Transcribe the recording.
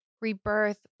rebirth